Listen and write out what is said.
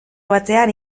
batzean